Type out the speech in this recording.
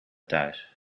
thuis